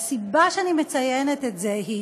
והסיבה שאני מציינת את זה היא